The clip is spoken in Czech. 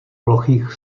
plochých